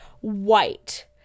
White